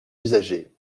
usagers